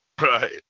Right